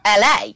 LA